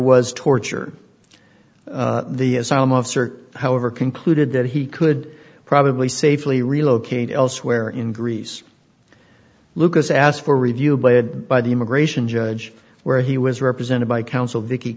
was torture the asylum of cert however concluded that he could probably safely relocate elsewhere in greece lucas asked for review by ed by the immigration judge where he was represented by counsel vick